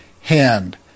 hand